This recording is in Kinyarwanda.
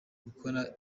bakora